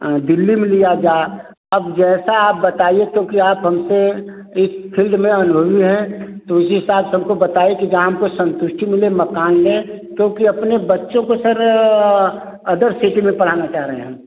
दिल्ली में लिया जाए अब जैसा आप बताइए तो क्या आप हमसे इस फील्ड में अनुभवी हैं तो इस हिसाब से हमको बताइए कि जो हमको संतुष्टि मिले मकान में क्यूँकि अपने बच्चों को सर अदर सिटी में पढ़ाना चाह रहे हैं हम